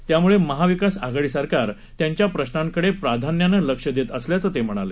त्यामुळे महाविकास आघाडी सरकार त्यांच्या प्रश्नांकडे प्राधान्यानं लक्ष देत असल्याचं ते म्हणाले